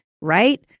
right